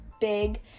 big